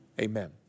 amen